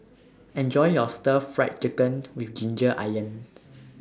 Enjoy your Stir Fry Chicken with Ginger Onions